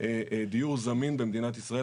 דיור זמין במדינת ישראל.